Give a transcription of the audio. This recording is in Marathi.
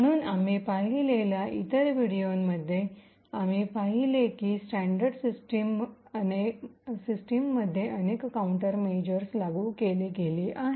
म्हणून आम्ही पाहिलेल्या इतर व्हिडिओंमध्ये आम्ही पाहिले की स्टैन्डर्ड सिस्टममध्ये अनेक काउंटरमेजरस लागू केले गेले आहेत